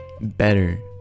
Better